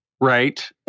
right